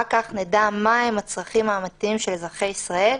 רק כך נדע מה הם הצרכים האמיתיים של אזרחי ישראל.